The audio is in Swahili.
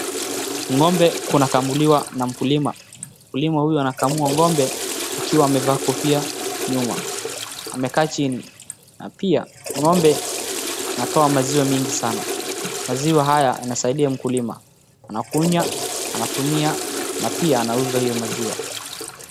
Ng'ombe kuna kamuliwa na mkulima. Mkulima huyu anakamua akiwa amevalia kofia nyuma, amekaa chini na pia ng'ombe anatoa maziwa mingi sana. Maziwa haya yanasaidia mkulima, anakunywa, anatumia na pia anauza hiyo maziwa.